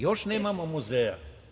Još nemamo muzeja.